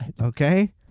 Okay